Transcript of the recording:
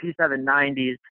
P790s